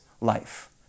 life